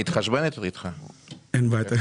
אין בעיה.